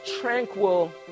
tranquil